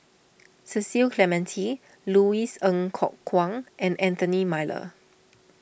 Cecil Clementi Louis Ng Kok Kwang and Anthony Miller